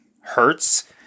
hurts